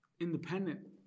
independent